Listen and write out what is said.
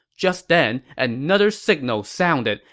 just then, another signal sounded,